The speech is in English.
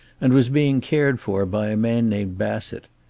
and was being cared for by a man named bassett.